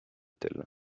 tel